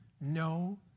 no